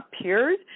peers